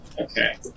Okay